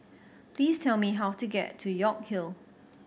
please tell me how to get to York Hill